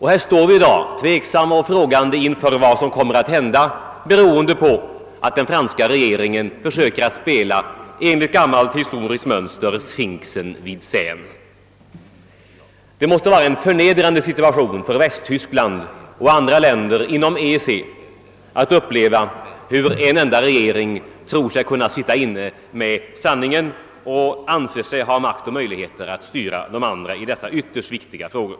Här står vi i dag tveksamma och frågande inför vad som kommer att hända, därför att den franska regeringen enligt gammalt historiskt mönster försöker spela sfinxen vid Seinen. Det måste vara en förnedrande situation för Västtyskland och andra länder inom EEC att uppleva hur en enda regering tror sig sitta inne med sanningen och anser sig ha makt och möjlighet att styra de andra i dessa ytterst viktiga frågor.